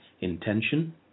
Intention